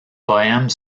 poèmes